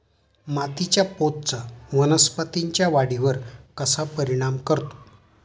मातीच्या पोतचा वनस्पतींच्या वाढीवर कसा परिणाम करतो?